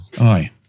Aye